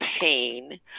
pain